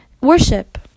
Worship